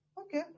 Okay